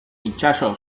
itsaso